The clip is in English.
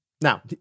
now